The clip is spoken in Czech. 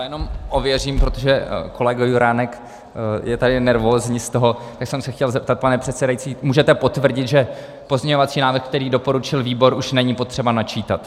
Jenom ověřím, protože kolega Juránek je tady nervózní z toho, tak jsem se chtěl zeptat, pane předsedající můžete potvrdit, že pozměňovací návrh, který doporučil výbor, už není potřeba načítat?